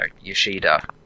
Yoshida